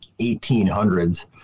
1800s